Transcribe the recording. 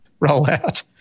rollout